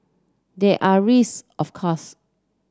there are risk of course